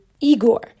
Igor